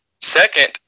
Second